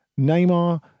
Neymar